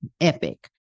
epic